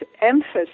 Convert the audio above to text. emphasis